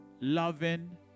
loving